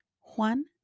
Juan